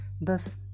Thus